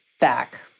back